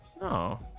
No